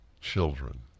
children